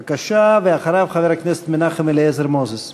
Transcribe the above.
בבקשה, ואחריו, חבר הכנסת מנחם אליעזר מוזס.